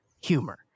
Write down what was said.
humor